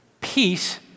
peace